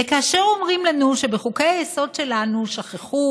וכאשר אומרים לנו שבחוקי-היסוד שלנו שכחו,